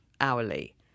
hourly